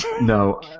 No